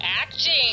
acting